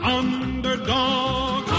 underdog